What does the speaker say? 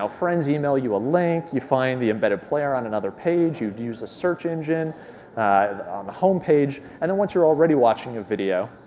ah friends email you a link, you find the embedded player on another page, you've used the search engine on a home page, and then once you're already watching a video